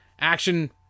action